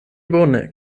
bone